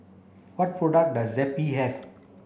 what product does Zappy have